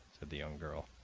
the young girl.